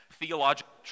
theological